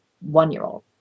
one-year-old